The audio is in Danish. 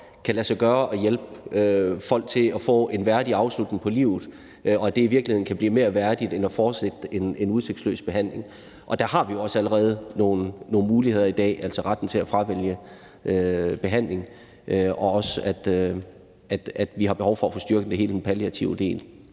kan lade sig gøre at hjælpe folk til at få en værdig afslutning på livet, og at det i virkeligheden kan blive mere værdigt end at fortsætte en udsigtsløs behandling. Og der har vi også allerede nogle muligheder i dag, altså retten til at fravælge behandling, og så har vi behov for at få styrket hele den palliative del.